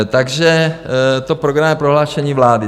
Takže to programové prohlášení vlády.